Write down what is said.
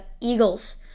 Eagles